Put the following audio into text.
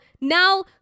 now